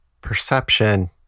Perception